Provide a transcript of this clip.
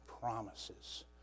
promises